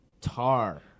Tar